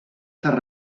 fer